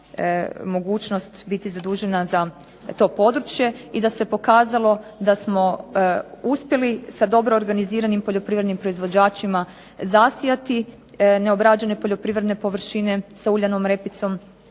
mogućnost biti zadužena za to područje i da se pokazalo da smo uspjeli sa dobro organiziranim poljoprivrednim proizvođačima zasijati neobrađene poljoprivredne površine sa uljanom repicom,